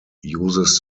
uses